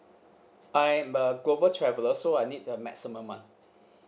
I'm a global traveller so I need a maximum ah